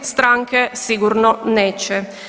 Stanke sigurno neće.